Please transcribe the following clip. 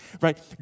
Right